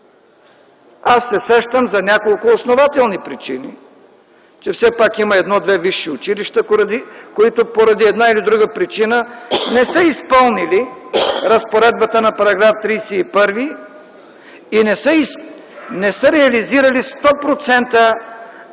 Аз се сещам за няколко основателни причини – че все пак има едно-две висши училища, които по една или друга причина не са изпълнили разпоредбата на § 31 и не са реализирали 100%